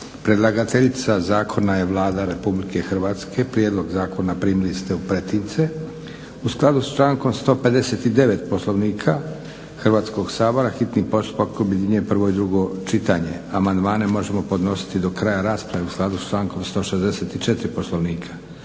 Predlagateljica zakona je Vlada Republike Hrvatske. Prijedlog zakona primili ste u pretince. U skladu s člankom 159. Poslovnika Hrvatskog sabora hitni postupak objedinjuje prvo i drugo čitanje. Amandmane možemo podnositi do kraja rasprave u skladu s člankom 164. Poslovnika.